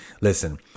listen